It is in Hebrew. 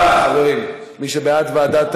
תשעה בעד,